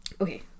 Okay